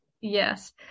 Yes